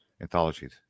anthologies